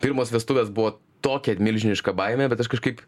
pirmos vestuvės buvo tokia milžiniška baimė bet aš kažkaip